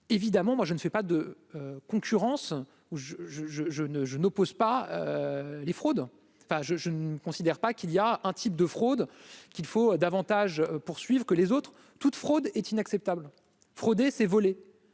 évidemment, moi je ne fais pas de concurrence ou je je je je ne je n'oppose pas les fraudes, enfin je je ne considère pas qu'il y a un type de fraude qu'il faut davantage poursuivent que les autres toute fraude est inacceptable frauder c'est voler